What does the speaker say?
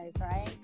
right